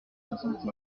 soixante